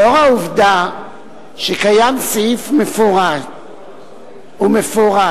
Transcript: לאור העובדה שקיים סעיף מפורט ומפורש,